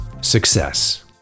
success